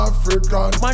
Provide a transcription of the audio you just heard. African